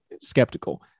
skeptical